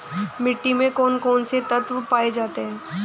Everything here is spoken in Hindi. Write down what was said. मिट्टी में कौन कौन से तत्व पाए जाते हैं?